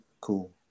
Cool